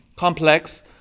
Complex